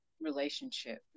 relationship